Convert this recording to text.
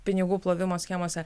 pinigų plovimo schemose